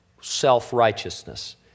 self-righteousness